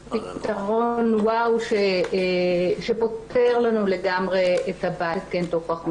-- פתרון וואו שפותר לנו לגמרי את החדרת התקן או פאפ,